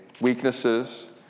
weaknesses